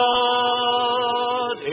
God